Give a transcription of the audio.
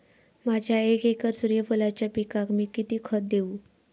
माझ्या एक एकर सूर्यफुलाच्या पिकाक मी किती खत देवू?